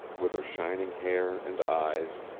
with her shining hair and eyes,